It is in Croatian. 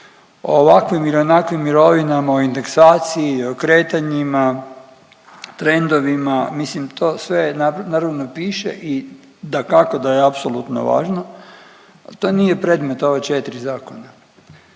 o ovakvim ili onakvim mirovinama, o indeksaciji, o kretanjima, trendovima, mislim to sve naravno piše i dakako da je apsolutno važno, al to nije predmet ova 4 zakona.